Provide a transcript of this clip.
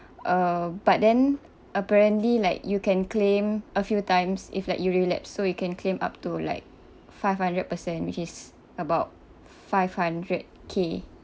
uh but then apparently like you can claim a few times if like you relapse so you can claim up to like five hundred percent which is about five hundred K